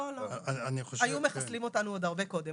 לא, היו מחסלים אותנו עוד הרבה קודם.